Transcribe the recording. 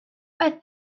qed